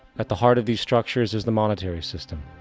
at the heart of these structures is the monetary system.